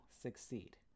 succeed